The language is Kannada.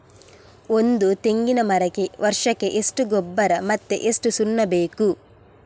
ಒಂದು ತೆಂಗಿನ ಮರಕ್ಕೆ ವರ್ಷಕ್ಕೆ ಎಷ್ಟು ಗೊಬ್ಬರ ಮತ್ತೆ ಎಷ್ಟು ಸುಣ್ಣ ಬೇಕು?